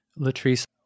Latrice